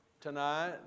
Tonight